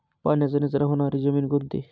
पाण्याचा निचरा होणारी जमीन कोणती?